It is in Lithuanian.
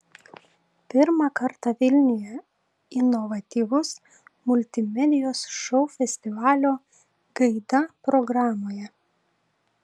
pirmą kartą vilniuje inovatyvus multimedijos šou festivalio gaida programoje